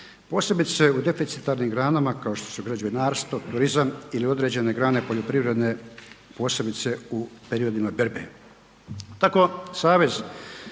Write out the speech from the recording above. posebice u deficitarnim granama kao što su građevinarstvo, turizam ili određene grane poljoprivredne, posebice u periodima berbe.